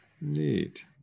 Neat